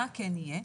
מה כן יהיה?